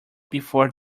before